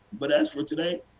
but as for today,